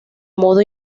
modo